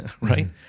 right